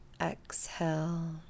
exhale